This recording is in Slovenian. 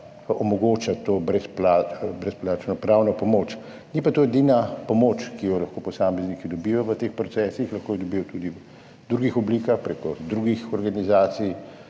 omogoča to brezplačno pravno pomoč. Ni pa to edina pomoč, ki jo lahko posamezniki dobijo v teh procesih, lahko jo dobijo tudi v drugih oblikah, prek drugih organizacij,